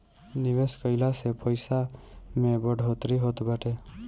निवेश कइला से पईसा में बढ़ोतरी होत बाटे